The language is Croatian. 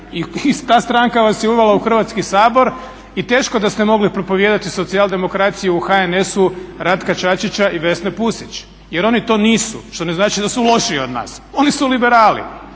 i ta stranka vas je uvela u Hrvatski sabor i teško da ste mogli propovijedati socijaldemokraciju u HNS-u Ratka Čačića i Vesne Pusić jer oni to nisu, što ne znači da su lošiji od nas. Oni su liberali.